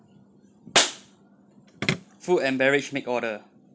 food and beverage make order